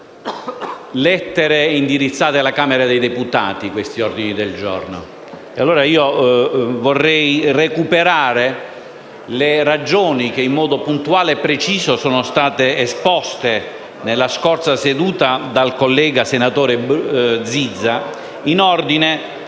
lettere indirizzate alla Camera dei deputati e allora vorrei recuperare le ragioni, che in modo puntuale e preciso, sono state esposte nella scorsa seduta dal collega senatore Zizza in ordine